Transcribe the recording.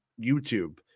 youtube